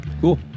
cool